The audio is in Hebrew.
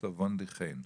ד"ר וונדי חן.